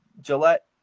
Gillette